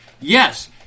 Yes